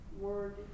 word